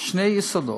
שני יסודות: